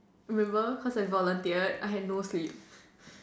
remember cause I volunteered I had no sleep